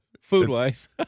Food-wise